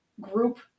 group